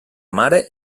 mare